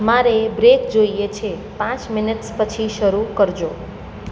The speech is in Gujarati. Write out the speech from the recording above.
મારે બ્રેક જોઈએ છે પાંચ મિનીટ્સ પછી શરૂ કરજો